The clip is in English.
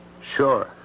Sure